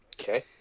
Okay